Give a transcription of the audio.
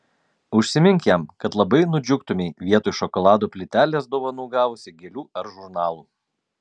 užsimink jam kad labai nudžiugtumei vietoj šokolado plytelės dovanų gavusi gėlių ar žurnalų